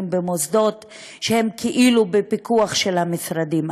במוסדות שהם כאילו בפיקוח של המשרדים.